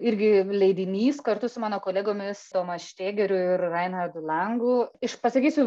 irgi leidinys kartu su mano kolegomis toma šrėgeriu ir raina langu iš pasakysiu